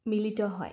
মিলিত হয়